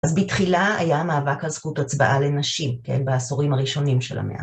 אז בתחילה היה מאבק הזכות הצבעה לנשים, כן, בעשורים הראשונים של המאה.